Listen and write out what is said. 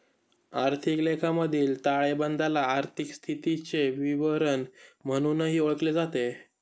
आर्थिक लेखामधील ताळेबंदाला आर्थिक स्थितीचे विवरण म्हणूनही ओळखले जाते